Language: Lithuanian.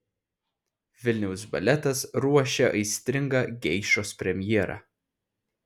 vilniaus baletas ruošia aistringą geišos premjerą